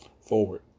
forward